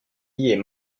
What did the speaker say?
est